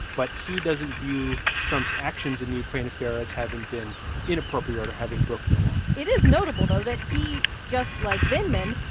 but he doesn't view trump's actions in the ukraine affair as having been inappropriate or having broken the law it is notable, though, that he just like vindman,